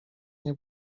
nie